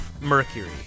Mercury